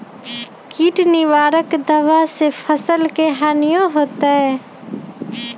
किट निवारक दावा से फसल के हानियों होतै?